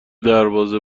دربازه